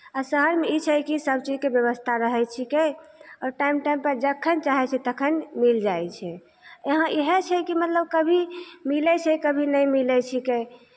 आ शहरमे ई छै कि सभ चीजके व्यवस्था रहै छिकै आओर टाइम टाइमपर जखन चाहै छै तखन मिल जाइ छै यहाँ इएह छै कि मतलब कभी मिलै छै कभी नहि मिलै छिकै